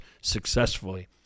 successfully